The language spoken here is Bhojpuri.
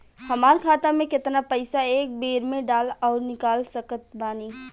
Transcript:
हमार खाता मे केतना पईसा एक बेर मे डाल आऊर निकाल सकत बानी?